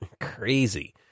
Crazy